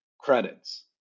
credits